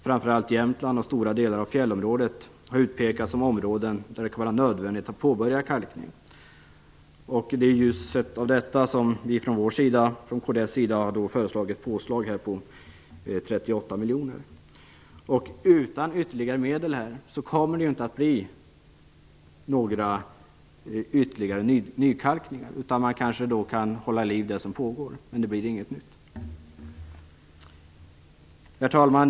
Framför allt Jämtland och stora delar av fjällområdet har utpekats som områden där det kan vara nödvändigt att påbörja kalkning. Det är i ljuset av detta som vi från kds sida har föreslagit ett påslag av 38 miljoner. Utan ytterligare medel kommer det inte att bli några nykalkningar. Man kanske kan hålla liv i det som pågår, men det blir inget nytt. Herr talman!